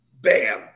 Bam